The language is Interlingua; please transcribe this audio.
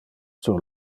sur